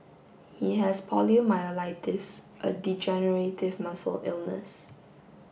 he has poliomyelitis a degenerative muscle illness